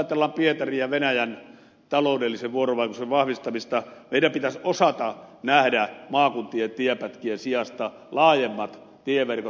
esimerkiksi jos ajatellaan taloudellisen vuorovaikutuksen vahvistamista pietariin ja venäjään meidän pitäisi osata nähdä maakuntien tienpätkien sijasta laajemmat tieverkot